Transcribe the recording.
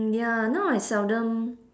ya now I seldom